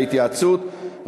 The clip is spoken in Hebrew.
להתייעצות.